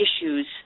issues